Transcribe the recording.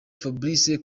fabrice